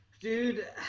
Dude